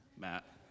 Matt